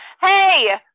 Hey